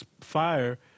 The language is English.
fire